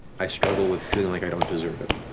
i struggle with feeling like i don't deserve it.